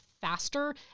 faster